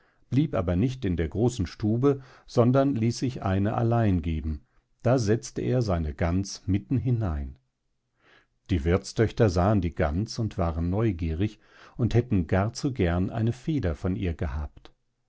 blieb aber nicht in der großen stube sondern ließ sich eine allein geben da setzte er seine gans mitten hinein die wirthstöchter sahen die gans und waren neugierig und hätten gar zu gern eine feder von ihr gehabt